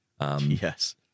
Yes